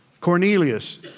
Cornelius